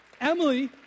Emily